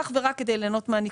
אך ורק כדי ליהנות מהניכוי.